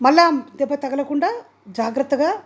మళ్ళీ దెబ్బ తగలకుండా జాగ్రత్తగా